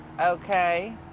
Okay